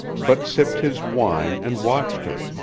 but sipped his wine and watched her,